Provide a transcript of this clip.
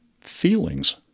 feelings